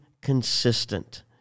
consistent